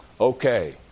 okay